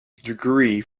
degree